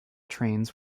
trains